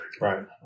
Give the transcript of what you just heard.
Right